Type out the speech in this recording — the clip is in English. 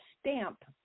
stamp